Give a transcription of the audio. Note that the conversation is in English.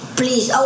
please